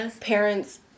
parents